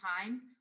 times